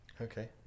Okay